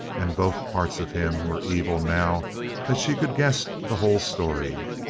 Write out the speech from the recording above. and both parts of him were evil now that she could guess the whole story.